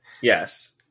Yes